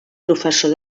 professor